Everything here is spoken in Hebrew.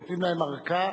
ואנחנו נותנים להן ארכה.